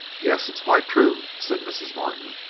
yes, it's quite true, said mrs. martin.